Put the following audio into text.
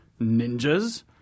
ninjas